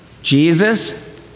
Jesus